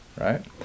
right